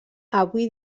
avui